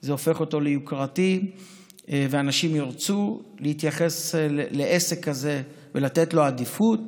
זה הופך אותו ליוקרתי ואנשים ירצו להתייחס לעסק הזה ולתת לו עדיפות,